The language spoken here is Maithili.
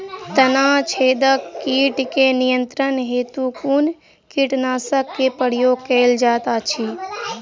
तना छेदक कीट केँ नियंत्रण हेतु कुन कीटनासक केँ प्रयोग कैल जाइत अछि?